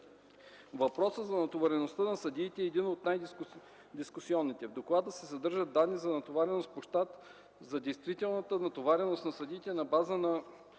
Въпросът за натовареността на съдиите е един от най-дискусионните. В Доклада се съдържат данни за натовареността по щат и за действителната натовареност на съдиите на базата